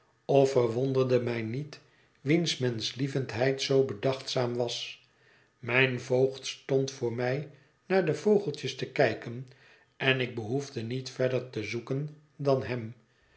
of verwonderde mij niet wiens menschlievendheid zoo bedachtzaam was mijn voogd stond voor mij naar de vogeltjes te kijken en ik behoefde niet verder te zoeken dan hem